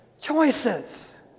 Choices